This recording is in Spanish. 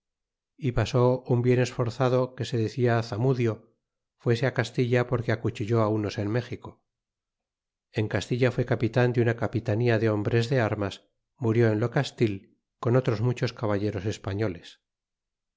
e pasó un bien esforzado que se decia zamudio fuese castilla porque acuchilló á unos en méxico en castilla fue capitan de una capitanía de hombres de armas murió en locastil con otros muchos caballeros españoles